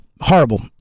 horrible